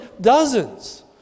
dozens